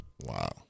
Wow